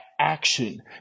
action